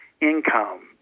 income